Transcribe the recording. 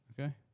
Okay